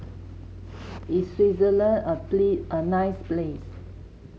is Swaziland a a nice place